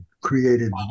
created